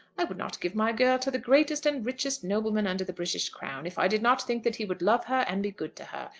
i would not give my girl to the greatest and richest nobleman under the british crown, if i did not think that he would love her and be good to her,